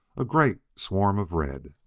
a great swarm of red,